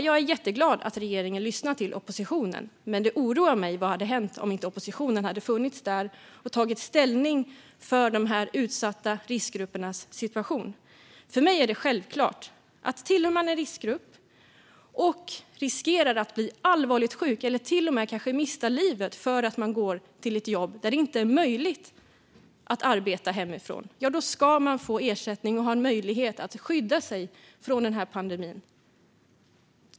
Jag är jätteglad att regeringen lyssnar till oppositionen, men det oroar mig vad som hade hänt om inte oppositionen hade funnits där och tagit ställning för de här utsatta riskgrupperna i deras situation. För mig är detta självklart: Tillhör man en riskgrupp och riskerar att bli allvarligt sjuk eller till och med kanske mista livet för att man går till ett jobb där det inte är möjligt att arbeta hemifrån ska man få ersättning och ha möjlighet att skydda sig från pandemin.